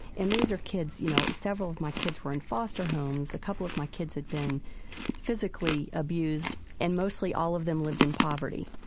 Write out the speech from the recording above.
and these are kids, you know, several of my kids were in foster homes, a couple of my kids had been physically abused, and mostly all of them lived in poverty.